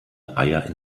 eier